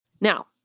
Now